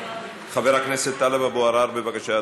מס' 5863. חבר הכנסת טלב אבו-עראר, בבקשה,